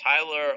Tyler